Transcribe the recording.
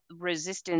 resistance